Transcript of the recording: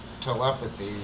telepathy